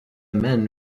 men